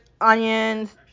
onions